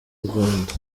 rwanda